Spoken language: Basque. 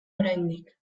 oraindik